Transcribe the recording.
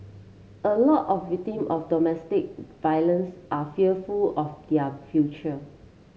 a lot of victim of domestic violence are fearful of their future